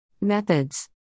Methods